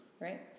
right